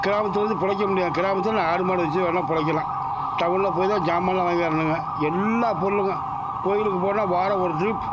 கிராமத்தில் வந்து பிழைக்க முடியாது கிராமத்தில் ஆடுமாடு வச்சு வேணா பிழைக்கலாம் டவுனில் போய் தான் சாமான்லாம் வாங்கிவரணுங்க எல்லா பொருளுங்க கோவிலுக்கு போனால் வாரம் ஒரு ட்ரிப்